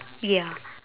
ya